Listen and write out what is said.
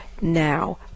now